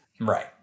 Right